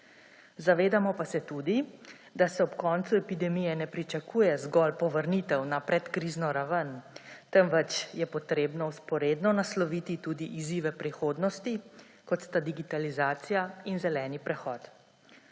Zavedamo pa se tudi, da se ob koncu epidemije ne pričakuje zgolj povrnitev na predkrizno raven, temveč je potrebno vzporedno nasloviti tudi izzive prihodnosti, kot sta digitalizacija in zeleni prehod.